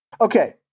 Okay